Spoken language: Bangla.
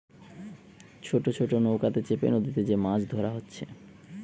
ছোট ছোট নৌকাতে চেপে নদীতে যে মাছ ধোরা হচ্ছে